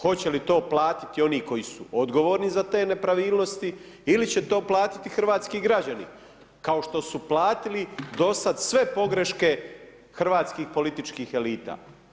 Hoće li to platiti oni koji su odgovorni za te nepravilnosti ili će to platiti hrvatski građani kao što su platili do sad sve pogreške hrvatskih političkih elita?